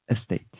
estate